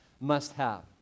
must-have